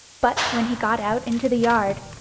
but when he got out into the yard,